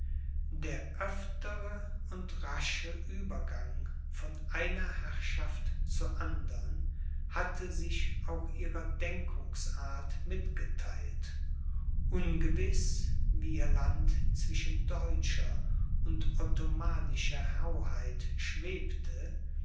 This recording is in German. der öftere und rasche uebergang von einer herrschaft zur andern hatte sich auch ihrer denkungsart mitgetheilt ungewiß wie ihr land zwischen deutscher und ottomanischer hoheit schwebte